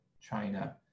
China